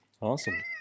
Awesome